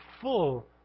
full